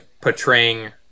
portraying